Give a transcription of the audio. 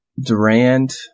Durant